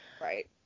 Right